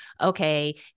okay